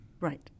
Right